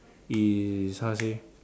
is how to say